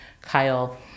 Kyle